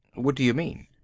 what do you mean?